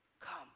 come